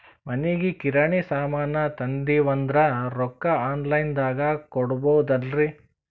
ಮನಿಗಿ ಕಿರಾಣಿ ಸಾಮಾನ ತಂದಿವಂದ್ರ ರೊಕ್ಕ ಆನ್ ಲೈನ್ ದಾಗ ಕೊಡ್ಬೋದಲ್ರಿ?